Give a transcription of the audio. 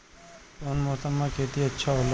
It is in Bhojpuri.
कौन मौसम मे खेती अच्छा होला?